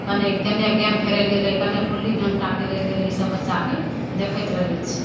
कन्हैँ कोन्ने गेन खेलै ले गेलै कन्हैँ पुल्ली डण्टा खेलै ले गेलै ईसब बच्चाके देखैत रहै छै